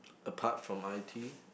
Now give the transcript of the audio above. apart from i_t